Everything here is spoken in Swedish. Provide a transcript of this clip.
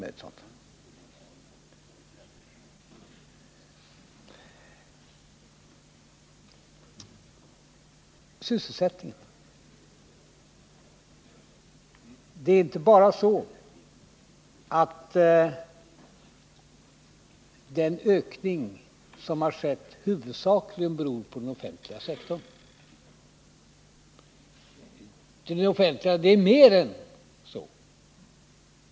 Den sysselsättningsökning som har skett beror inte bara huvudsakligen på den offentliga sektorns expansion. Det är mer än så.